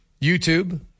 YouTube